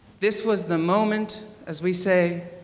this was the moment, as we say,